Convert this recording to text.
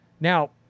Now